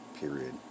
Period